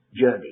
journey